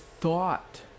thought